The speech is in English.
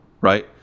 right